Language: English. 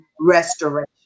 restoration